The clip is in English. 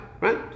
right